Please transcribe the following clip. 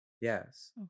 Yes